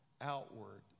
outward